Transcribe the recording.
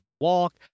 walk